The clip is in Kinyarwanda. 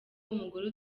umugore